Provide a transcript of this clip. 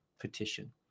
petition